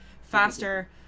faster